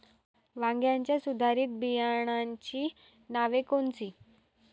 वांग्याच्या सुधारित बियाणांची नावे कोनची?